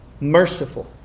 merciful